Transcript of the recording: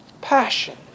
passion